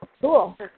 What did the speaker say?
Cool